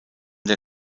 der